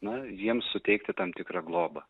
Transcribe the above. na jiems suteikti tam tikrą globą